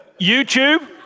YouTube